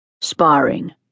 Sparring